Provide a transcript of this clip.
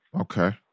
Okay